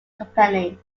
company